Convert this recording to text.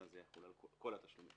אלא זה יהיה על כל התשלומים.